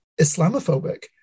Islamophobic